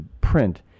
print